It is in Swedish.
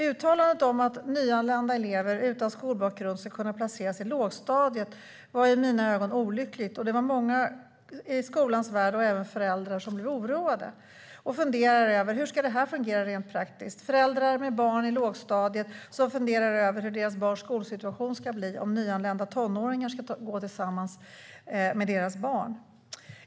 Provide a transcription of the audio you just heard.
Uttalandet om att nyanlända elever utan skolbakgrund ska kunna placeras i lågstadiet var i mina öron olyckligt. Det var många i skolans värld och även föräldrar som blev oroade inför hur det ska fungera rent praktiskt. Föräldrar med barn i lågstadiet funderade över hur barnens skolsituation skulle bli om nyanlända tonåringar ska gå tillsammans med deras barn.